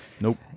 Nope